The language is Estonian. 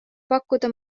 pakkuda